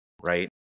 right